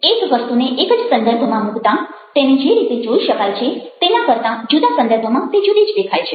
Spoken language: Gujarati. એક વસ્તુને એક જ સંદર્ભમાં મૂકતાં તેને જે રીતે જોઈ શકાય છે તેના કરતાં જુદા સંદર્ભમાં તે જુદી જ દેખાય છે